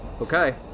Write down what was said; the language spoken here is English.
Okay